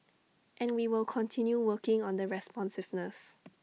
and we will continue working on the responsiveness